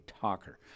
talker